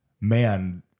man